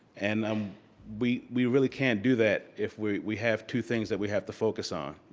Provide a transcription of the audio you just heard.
and um we we really can't do that if we we have two things that we have to focus on